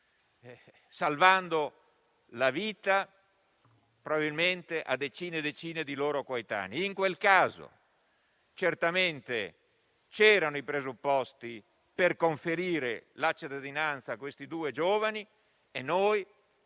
salvando la vita probabilmente a decine e decine di loro coetanei. In quel caso, certamente c'erano i presupposti per conferire la cittadinanza a quei due giovani, e noi,